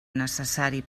necessari